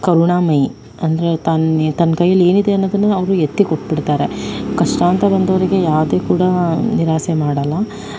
ಕರುಣಾಮಯಿ ಅಂದರೆ ತನ್ನ ಕೈಯ್ಯಲ್ಲಿ ಏನಿದೆ ಅನ್ನೋದನ್ನು ಅವರು ಎತ್ತಿಕೊಟ್ಬಿಡ್ತಾರೆ ಕಷ್ಟ ಅಂತ ಬಂದವರಿಗೆ ಯಾವುದೇ ಕೂಡ ನಿರಾಸೆ ಮಾಡಲ್ಲ